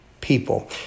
people